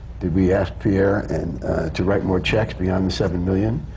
did we ask pierre and to write more checks, beyond the seven million?